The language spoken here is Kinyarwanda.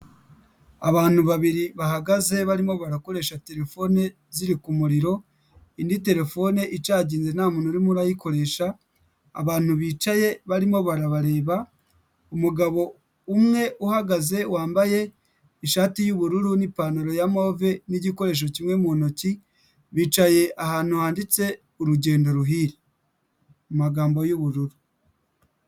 Abantu babiri bahagaze barimo barakoresha telefone ziri ku muriro, indi telefone icaginze nta muntu urimo urayikoresha, abantu bicaye barimo barabareba, umugabo umwe uhagaze wambaye ishati y'ubururu n'ipantaro ya move n'igikoresho kimwe mu ntoki, bicaye ahantu handitse urugendo ruhire. Mu magambo y'ubururu.